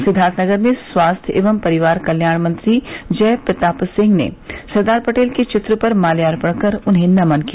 सिद्वार्थनगर में स्वास्थ्य एवं परिवार कल्याण मंत्री जय प्रताप सिंह ने सरदार पटेल के चित्र पर माल्यार्पण कर उन्हें नमन किया